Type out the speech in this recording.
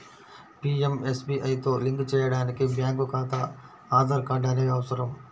పీయంఎస్బీఐతో లింక్ చేయడానికి బ్యేంకు ఖాతా, ఆధార్ కార్డ్ అనేవి అవసరం